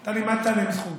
אתה לימדת עליהם זכות,